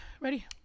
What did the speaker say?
Ready